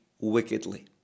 wickedly